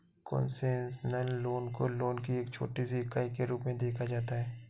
concessional loan को loan की एक छोटी सी इकाई के रूप में देखा जाता है